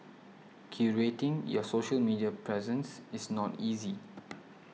curating your social media presence is not easy